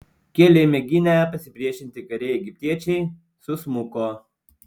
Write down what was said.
keli mėginę pasipriešinti kariai egiptiečiai susmuko